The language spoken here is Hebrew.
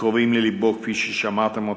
שקרובים ללבו, כפי ששמעתם,